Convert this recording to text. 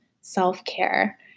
self-care